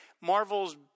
Marvel's